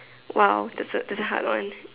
!wow! that's a that's a hard one